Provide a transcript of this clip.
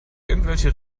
irgendwelche